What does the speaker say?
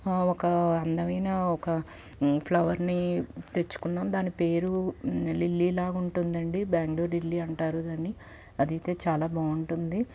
ఒక అందమైన ఒక ఫ్లవర్ని తెచ్చుకున్నాం దాని పేరు లిల్లీలా ఉంటుందండి బెంగళూరు లిల్లీ అంటారు దాన్ని అదైతే చాలా బాగుంటుంది